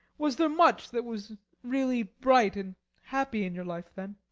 was there much that was really bright and happy in your life then?